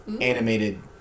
animated